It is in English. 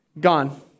Gone